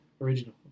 Original